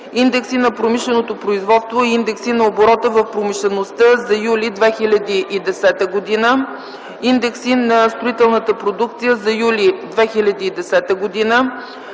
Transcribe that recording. индекси на промишленото производство и индекси на оборота в промишлеността за м. юли 2010 г.; индекси на строителната продукция за м. юли 2010 г.;